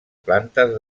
plantes